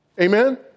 Amen